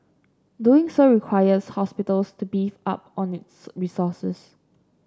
doing so requires hospitals to beef up on its resources